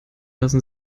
lassen